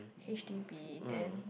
h_d_b then